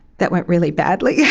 that went really badly. yeah